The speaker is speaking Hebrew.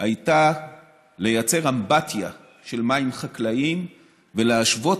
הייתה לייצר אמבטיה של מים חקלאיים ולהשוות